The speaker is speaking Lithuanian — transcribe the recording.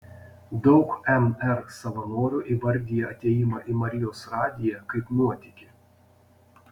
daug mr savanorių įvardija atėjimą į marijos radiją kaip nuotykį